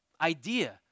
idea